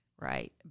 right